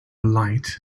light